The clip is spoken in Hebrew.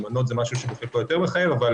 אמנות זה משהו שבחלקו יותר מחייב אבל